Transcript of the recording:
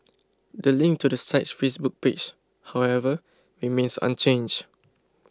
the link to the site's Facebook page however remains unchanged